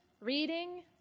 reading